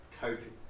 coping